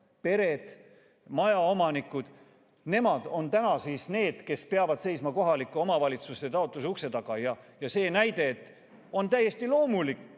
Pered, majaomanikud – nemad on nüüd need, kes peavad seisma kohaliku omavalitsuse taotluse ukse taga. Ja see näide, et on täiesti loomulik,